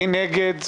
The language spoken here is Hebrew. מי נגד?